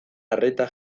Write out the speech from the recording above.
arreta